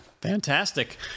Fantastic